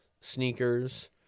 sneakers